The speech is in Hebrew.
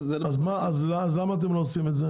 אז למה אתם לא עושים את זה?